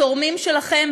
התורמים שלכם,